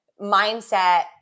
mindset